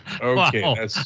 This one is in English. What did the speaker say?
Okay